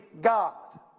God